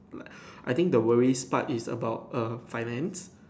like I think the worries part is about ah finance